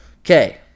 Okay